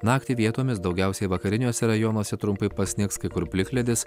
naktį vietomis daugiausiai vakariniuose rajonuose trumpai pasnigs kai kur plikledis